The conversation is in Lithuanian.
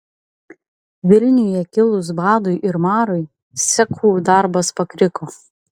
vilniuje kilus badui ir marui cechų darbas pakriko